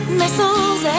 missiles